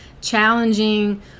challenging